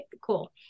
cool